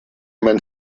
man